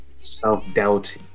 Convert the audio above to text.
self-doubt